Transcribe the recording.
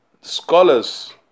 Scholars